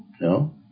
No